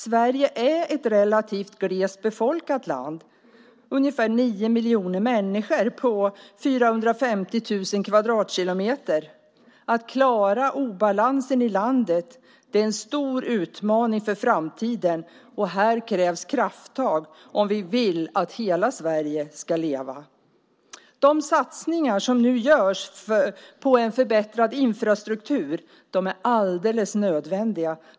Sverige är ett relativt glest befolkat land - ungefär nio miljoner människor på 450 000 kvadratkilometer. Att klara obalansen i landet är en stor utmaning för framtiden. Här krävs krafttag om vi vill att hela Sverige ska leva. De satsningar som nu görs på en förbättrad infrastruktur är alldeles nödvändiga.